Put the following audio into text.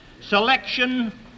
Selection